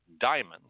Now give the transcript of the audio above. Diamonds